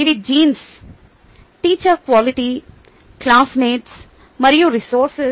ఇవి genes teacher quality classmates మరియు resources